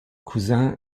cousin